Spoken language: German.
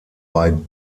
bei